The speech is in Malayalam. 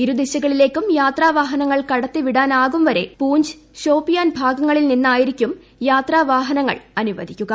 ഇരു ദിശകളിലേക്കും യാത്രാ വാഹനങ്ങൾ കടത്തിവിടാനാകും വരെ പൂഞ്ച് ഷോപ്പിയാൻ ഭാഗങ്ങളിൽ നിന്നായിരിക്കും യാത്രാ വാഹനങ്ങൾ അനുവദിക്കുക